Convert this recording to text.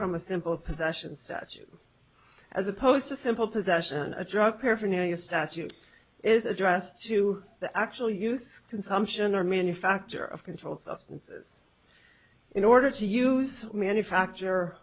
from a simple possession statute as opposed to simple possession of drug paraphernalia statute is addressed to the actual use consumption or manufacture of controlled substances in order to use manufacture